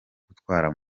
gutwara